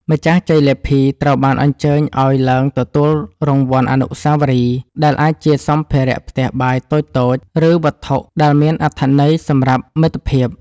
ម្ចាស់ជ័យលាភីត្រូវបានអញ្ជើញឱ្យឡើងទទួលរង្វាន់អនុស្សាវរីយ៍ ដែលអាចជាសម្ភារៈផ្ទះបាយតូចៗ ឬវត្ថុដែលមានអត្ថន័យសម្រាប់មិត្តភាព។